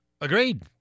Agreed